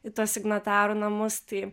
į tuos signatarų namus tai